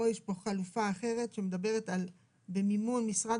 או שיש פה חלופה אחרת "במימון משרד